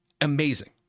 amazing